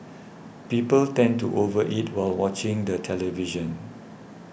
people tend to over eat while watching the television